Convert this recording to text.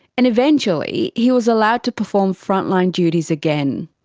and eventually he was allowed to perform frontline duties again.